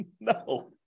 No